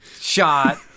shot